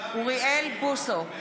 אוריאל בוסו,